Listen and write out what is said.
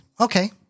Okay